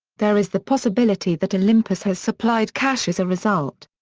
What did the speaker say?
there is the possibility that olympus has supplied cash as a result.